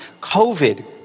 COVID